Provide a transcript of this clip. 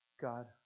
God